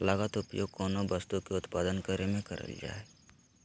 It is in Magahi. लागत उपयोग कोनो वस्तु के उत्पादन करे में करल जा हइ